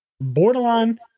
borderline